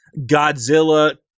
Godzilla